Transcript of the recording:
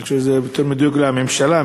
אני חושב שיותר מדויק זה: הממשלה,